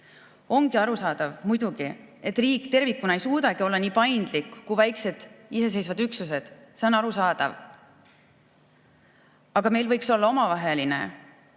Ongi arusaadav, muidugi, et riik tervikuna ei suuda olla nii paindlik kui väikesed iseseisvad üksused. See on arusaadav. Aga meil võiks olla omavaheline